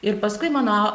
ir paskui mano